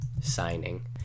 signing